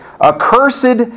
accursed